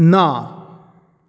ना